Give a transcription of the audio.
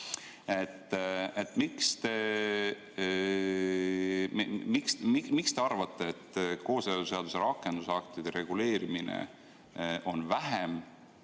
Miks te arvate, et kooseluseaduse rakendusaktide reguleerimine on vähem